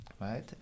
right